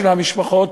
של המשפחות,